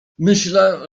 myślę